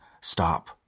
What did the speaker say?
stop